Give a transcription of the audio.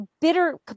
bitter